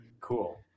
cool